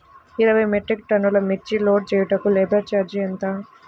ఇరవై మెట్రిక్ టన్నులు మిర్చి లోడ్ చేయుటకు లేబర్ ఛార్జ్ ఎంత?